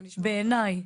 בעיניי,